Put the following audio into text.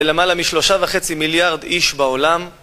למעלה משלושה וחצי מיליארד איש בעולם.